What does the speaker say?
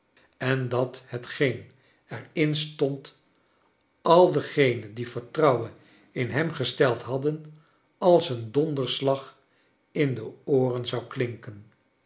en dat hetgeen er in stond al dengenen die vertrouwen in hem gesteld hadden als een donderslag irv de ooren zou klinken